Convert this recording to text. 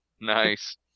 Nice